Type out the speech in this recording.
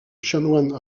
chanoine